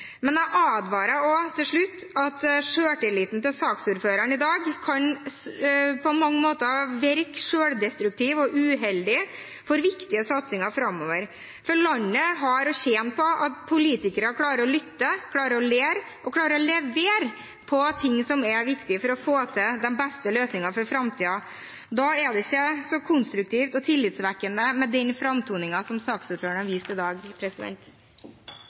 Men jeg advarer også – til slutt – om at selvtilliten til saksordføreren i dag på mange måter kan virke selvdestruktivt og uheldig for viktige satsinger framover, for landet tjener på at politikerne klarer å lytte, klarer å lære og klarer å levere på det som er viktig for å få til de beste løsningene for framtiden. Da er det ikke så konstruktivt og tillitvekkende med den framtoningen som saksordføreren viste i dag.